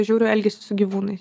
žiauriu elgesiu su gyvūnais